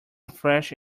fresh